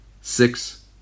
Six